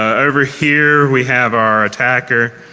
over here we have our attacker.